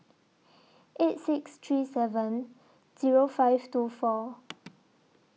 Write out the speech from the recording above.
eight six three seven Zero five two four